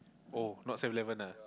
oh not Seven-Eleven ah